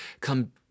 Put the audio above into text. come